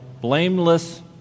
blameless